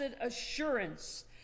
Assurance